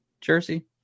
jersey